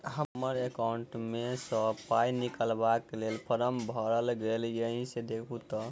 हम्मर एकाउंट मे सऽ पाई निकालबाक लेल फार्म ठीक भरल येई सँ देखू तऽ?